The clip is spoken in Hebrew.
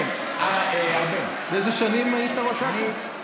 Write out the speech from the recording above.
באילו שנים היית ראש אכ"א?